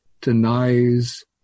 denies